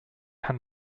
hand